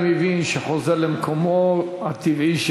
אני מבין שחוזר למקומו הטבעי.